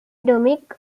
dominic